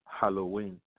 Halloween